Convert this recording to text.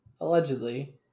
Allegedly